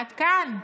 עד כאן.